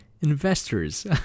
investors